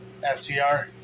FTR